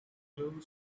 blue